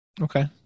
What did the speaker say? okay